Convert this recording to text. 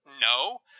No